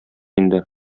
инде